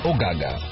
Ogaga